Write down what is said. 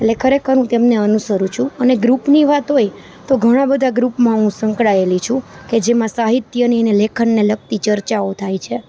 એટલે ખરેખર હું તેમને અનુસરું છું અને ગ્રુપની વાત હોય તો ઘણાં બધા ગ્રુપમાં હું સંકળાયેલી છું કે જેમાં સાહિત્યની ને લેખનને લગતી ચર્ચાઓ થાય છે